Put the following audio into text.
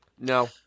No